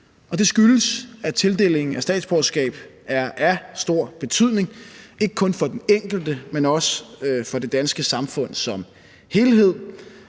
Det skyldes, at tildelingen af statsborgerskab er af stor betydning, ikke kun for den enkelte, men også for det danske samfund som helhed.